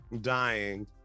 dying